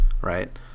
right